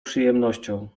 przyjemnością